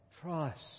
trust